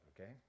okay